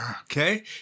Okay